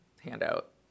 handout